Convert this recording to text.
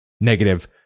Negative